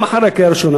גם אחרי הקריאה הראשונה,